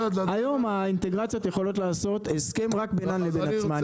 היום האינטגרציות יכולות לעשות הסכם רק בינם לבין עצמם.